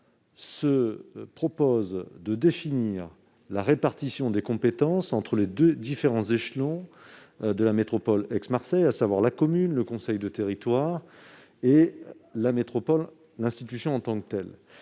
doivent définir la répartition des compétences entre les différents échelons de la métropole d'Aix-Marseille, à savoir la commune, le conseil de territoire et la métropole en tant que telle.